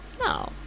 No